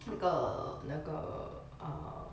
那个那个